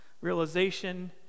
realization